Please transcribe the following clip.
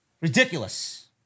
Ridiculous